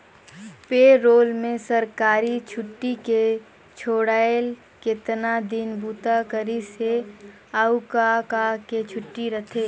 पे role में सरकारी छुट्टी के छोएड़ केतना दिन बूता करिस हे, अउ का का के छुट्टी रथे